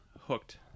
hooked